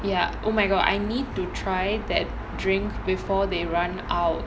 ya oh my god I need to try that drink before they run out